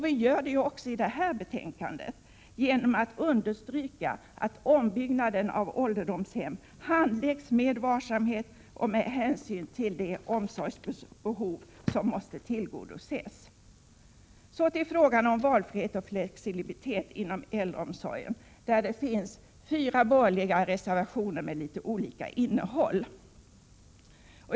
Vi gör det också i detta betänkande genom att understryka att ombyggnaden av ålderdomshem skall handläggas med varsamhet och med hänsyn till det omsorgsbehov som måste tillgodoses. Så till frågan om valfrihet och flexibilitet inom äldreomsorgen, där det finns fyra borgerliga reservationer med litet olika innehåll.